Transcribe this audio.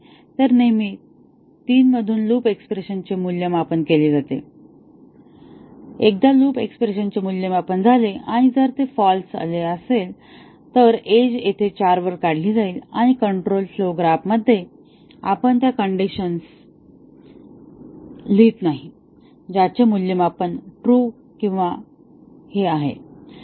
तर नेहमी 3 मधून लूप एक्स्प्रेशन चे मूल्यमापन केले जाते आणि एकदा लूप एक्स्प्रेशन चे मूल्यमापन झाले आणि जर ते फॉल्स असे आले तर एज येथे 4 वर काढली जाईल आणि कंट्रोल फ्लोव ग्राफमध्ये आपण त्या कंडिशन्स लिहित नाही ज्याचे मूल्यमापन ट्रू किंवा हे आहे